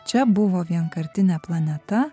čia buvo vienkartinė planeta